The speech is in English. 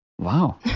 Wow